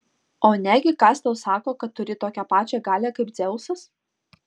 o negi kas tau sako kad turi tokią pačią galią kaip dzeusas